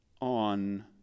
on